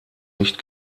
nicht